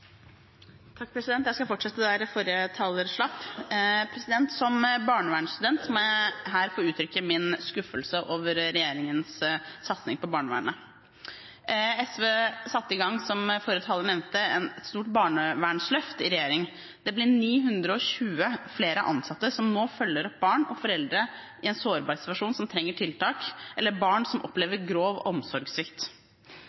Jeg skal fortsette der forrige taler slapp. Som barnevernsstudent må jeg her få uttrykke min skuffelse over regjeringens satsing på barnevernet. SV satte i gang, som forrige taler nevnte, et stort barnevernsløft i regjering. Det ble 920 flere ansatte som nå følger opp barn og foreldre i en sårbar situasjon, som trenger tiltak, eller barn som opplever grov omsorgssvikt.